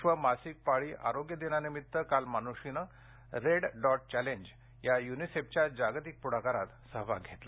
विश्व मासिक पाळी आरोग्य दिनानिमित्त काल मानुषीनं रेड डॉट चॅलंज या युनिसेफच्या जागतिक प्रढाकारात सहभाग घेतला